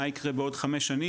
מה ייקרה בעוד חמש שנים,